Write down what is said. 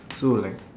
so like